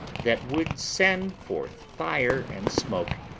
that would send forth fire and smoke,